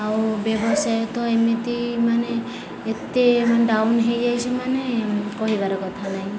ଆଉ ବ୍ୟବସାୟ ତ ଏମିତି ମାନେ ଏତେ ମାନେ ଡ଼ାଉନ୍ ହୋଇଯାଇଛି ମାନେ କହିବାର କଥା ନାହିଁ